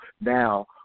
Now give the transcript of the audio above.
now